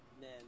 Man